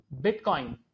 Bitcoin